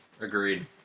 Agreed